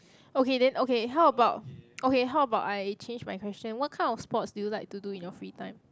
okay then okay how about okay how about I change my question what kind of sports do you like to play in your free time